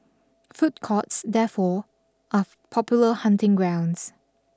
food courts therefore are popular hunting grounds